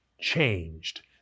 changed